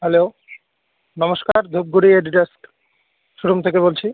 hello নমস্কার Dhupguri Adidas showroom থেকে বলছি